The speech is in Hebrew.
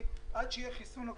עד שיהיה חיסון לקורונה,